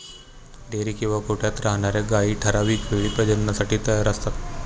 dairy किंवा गोठ्यात राहणार्या गायी ठराविक वेळी प्रजननासाठी तयार असतात